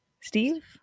Steve